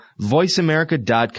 VoiceAmerica.com